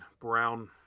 Brown